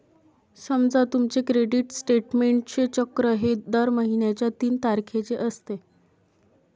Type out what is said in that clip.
समजा तुमचे क्रेडिट स्टेटमेंटचे चक्र हे दर महिन्याच्या तीन तारखेचे असते